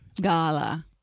Gala